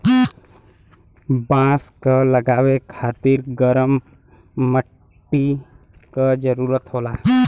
बांस क लगावे खातिर गरम मट्टी क जरूरत होला